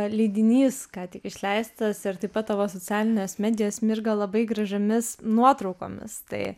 leidinys ką tik išleistas ir taip pat tavo socialinės medijos mirga labai gražiomis nuotraukomis tai